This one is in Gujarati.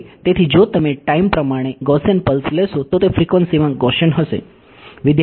તેથી જો તમે ટાઈમ પ્રમાણે Gaussian પલ્સ લેશો તો તે ફ્રીકવન્સીમાં Gaussian હશે